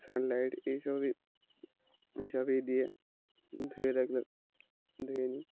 Sunlight এইসবই এইসবই দিয়ে ধুয়ে রাখলে ধুয়ে নিই